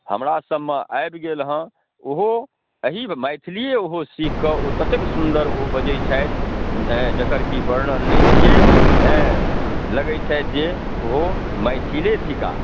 हमरासबमे आबि गेल हँ ओहो अही मैथिलिए ओहो सीखिकऽ ओ ततेक सुन्दर ओ बजै छथि जकर कि वर्णन नहि छिए अँए लगै छथि जे ओहो मैथिले थिकाह